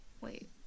wait